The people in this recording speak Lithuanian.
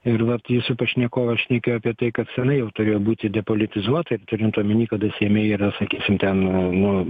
ir vat jūsų pašnekovas šnekėjo apie tai kad seniai jau turėjo būti depolitizuota ir turint omenyje kada seime yra sakysim ten nu